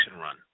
run